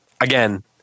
again